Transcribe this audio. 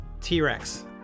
T-Rex